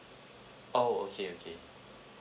oh okay okay